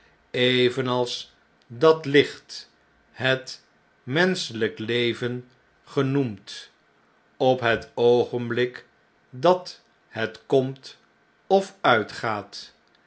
evenals dat licht het menschelijk leven genoemd op het oogenblik dat het komt of uitgaat